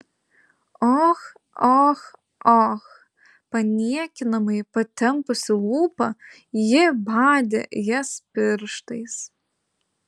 och och och paniekinamai patempusi lūpą ji badė jas pirštais